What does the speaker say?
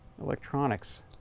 electronics